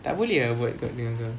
tak boleh ah buat kau punya tu